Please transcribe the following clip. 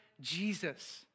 Jesus